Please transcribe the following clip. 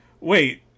wait